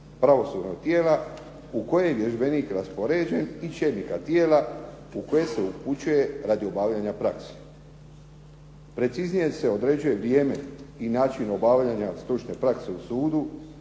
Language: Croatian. pravosudnog tijela u koje je vježbenik raspoređen i čelnika tijela u koje se upućuje radi obavljanja prakse. Preciznije se određuje vrijeme i način obavljanja stručne prakse u sudu